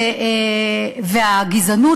והגזענות,